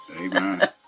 Amen